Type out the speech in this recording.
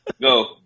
go